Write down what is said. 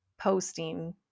posting